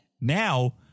Now